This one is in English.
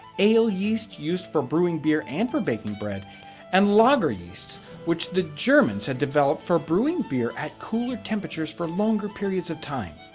ale yeast used for brewing beer and for baking bread and lager yeasts which the germans had developed for brewing beer at cooler temperatures for longer periods of time.